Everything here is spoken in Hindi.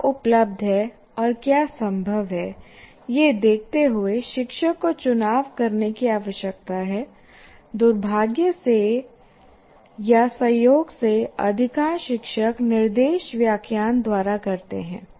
क्या उपलब्ध है और क्या संभव है यह देखते हुए शिक्षक को चुनाव करने की आवश्यकता है दुर्भाग्य से या संयोग से अधिकांश शिक्षक निर्देश व्याख्यान द्वारा करते हैं